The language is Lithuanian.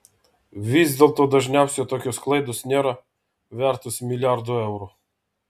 vis dėlto dažniausiai tokios klaidos nėra vertos milijardų eurų